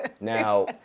Now